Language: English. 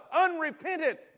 unrepentant